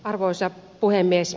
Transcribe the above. arvoisa puhemies